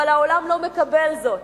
אבל העולם לא מקבל זאת.